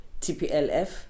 TPLF